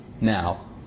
Now